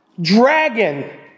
Dragon